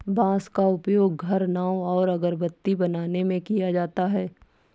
बांस का प्रयोग घर, नाव और अगरबत्ती बनाने में किया जाता है